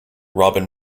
robin